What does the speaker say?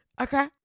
Okay